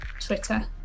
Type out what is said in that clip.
Twitter